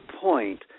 point